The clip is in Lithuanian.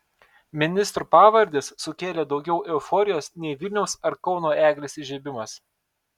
ministrų pavardės sukėlė daugiau euforijos nei vilniaus ar kauno eglės įžiebimas